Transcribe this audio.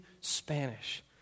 Spanish